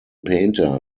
painter